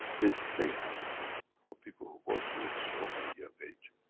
it's mayhem for people who go through a stroke at a young age.